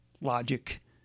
logic